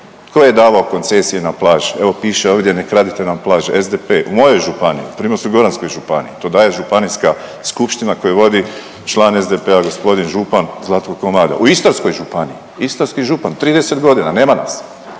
Tko je davao koncesije na plaže? Evo, piše ovdje, ne kradite nam plaže, SDP. U mojoj županiji, Primorsko-goranskoj županiji, to daje županijska skupština koju vodi član SDP-a g. župan Zlatko .../Govornik se ne razumije./... u Istarskoj županiji, istarski župan 30 godina, nema